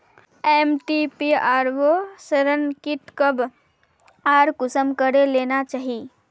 MTP abortion kit कब आर consume करे लेना चही?